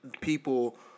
people